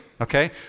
Okay